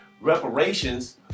reparations